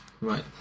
Right